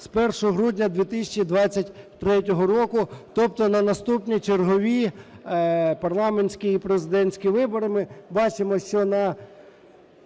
з 1 грудня 2023 року, тобто на наступні чергові парламентські і президентські вибори.